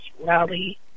rally